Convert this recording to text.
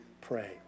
pray